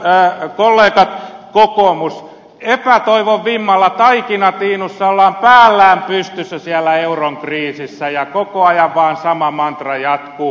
hyvät kollegat kokoomus epätoivon vimmalla taikinatiinussa ollaan päällään pystyssä siellä euron kriisissä ja koko ajan vaan sama mantra jatkuu